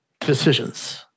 decisions